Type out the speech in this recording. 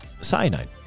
Cyanide